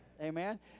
Amen